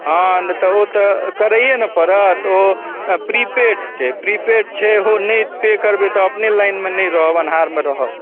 हँ नहि तऽ ओ तऽ करैए ने पड़त ओ प्रीपेड छै प्रीपेड छै ओ पे नहि करबै तऽ अपने लाइनमे नहि रहब अन्हारमे रहब